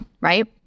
Right